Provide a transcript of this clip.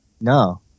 No